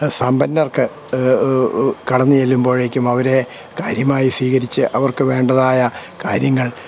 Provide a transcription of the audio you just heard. സമ്പന്നർക്ക് കടന്നു ചെല്ലുമ്പോഴേക്കും അവരെ കാര്യമായി സ്വീകരിച്ച് അവർക്കു വേണ്ടതായ കാര്യങ്ങൾ